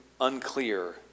unclear